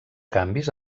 canvis